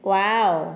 wow